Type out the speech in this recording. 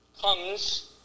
comes